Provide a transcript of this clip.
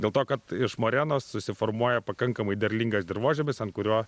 dėl to kad iš morenos susiformuoja pakankamai derlingas dirvožemis ant kurio